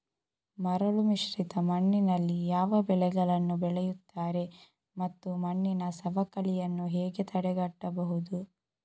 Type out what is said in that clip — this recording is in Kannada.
ಮರಳುಮಿಶ್ರಿತ ಮಣ್ಣಿನಲ್ಲಿ ಯಾವ ಬೆಳೆಗಳನ್ನು ಬೆಳೆಯುತ್ತಾರೆ ಮತ್ತು ಮಣ್ಣಿನ ಸವಕಳಿಯನ್ನು ಹೇಗೆ ತಡೆಗಟ್ಟಬಹುದು?